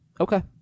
Okay